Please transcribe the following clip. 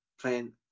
playing